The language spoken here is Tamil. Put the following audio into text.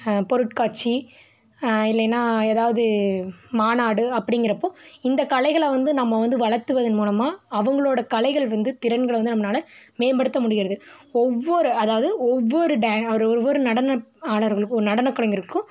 பொருட்காட்சி இல்லைன்னா எதாவது மாநாடு அப்படிங்கறப்போ அந்த கலைகளை வந்து நம்ம வந்து வளர்த்துவது மூலமாக அவங்களோட கலைகள் வந்து திறன்களை வந்து நம்மளால மேம்படுத்த முடிகிறது ஒவ்வொரு அதாவது ஒவ்வொரு டான் ஒவ்வொரு நடன ஆடர்களுக்கும் நடனக் கலைஞர்க்கும்